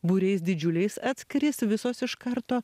būriais didžiuliais atskris visos iš karto